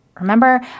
Remember